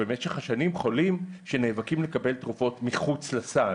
חולים שנאבקים לקבל תרופות מחוץ לסל.